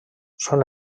són